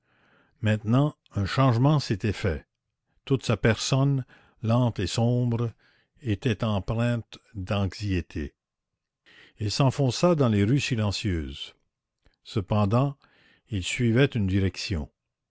maintenant un changement s'était fait toute sa personne lente et sombre était empreinte d'anxiété il s'enfonça dans les rues silencieuses cependant il suivait une direction